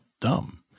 dumb